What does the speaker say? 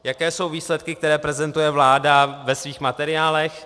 Jaké jsou výsledky, které prezentuje vláda ve svých materiálech?